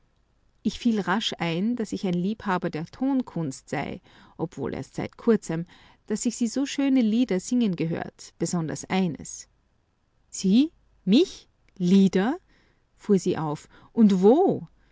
ich fiel rasch ein daß ich ein liebhaber der tonkunst sei obwohl erst seit kurzem daß ich sie so schöne lieder singen gehört besonders eines sie mich lieder fuhr sie auf und wo